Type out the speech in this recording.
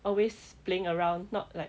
always playing around not like